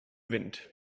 wind